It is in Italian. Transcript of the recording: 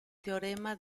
teorema